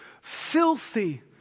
filthy